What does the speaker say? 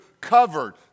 covered